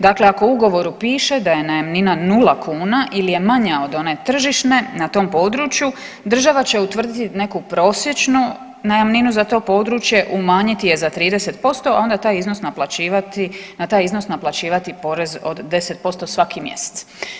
Dakle, ako u ugovoru piše da je najamnina 0 kuna, ili je manja od one tržišne na tom području, država će utvrditi neku prosječnu najamninu za to područje umanjiti je za 30%, a onda taj iznos naplaćivati, na taj iznos naplaćivati porez od 10% svaki mjesec.